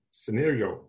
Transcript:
scenario